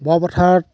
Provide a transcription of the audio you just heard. বৰপথাৰত